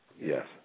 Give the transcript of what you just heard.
Yes